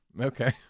Okay